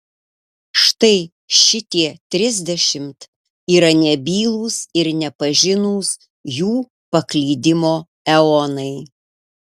štai šitie trisdešimt yra nebylūs ir nepažinūs jų paklydimo eonai